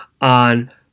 on